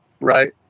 right